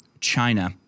China